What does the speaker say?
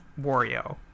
Wario